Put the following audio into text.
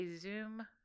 Zoom